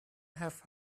have